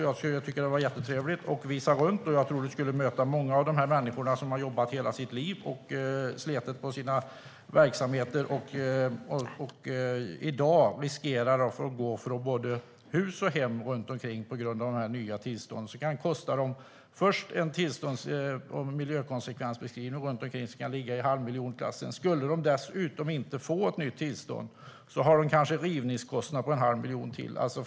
Det skulle vara mycket trevligt att få visa runt, och jag tror att ministern skulle möta många av dessa människor som har jobbat hela livet med sina verksamheter och i dag riskerar att få gå från både hus och hem på grund av de nya tillstånden. Det kan kosta dem omkring en halv miljon för en miljö och konsekvensbeskrivning. Om de dessutom inte får ett nytt tillstånd har de kanske rivningskostnader på ytterligare en halv miljon.